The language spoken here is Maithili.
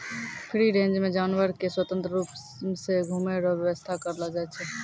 फ्री रेंज मे जानवर के स्वतंत्र रुप से घुमै रो व्याबस्था करलो जाय छै